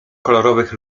kolorowych